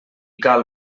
cal